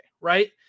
right